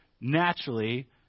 naturally